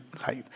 life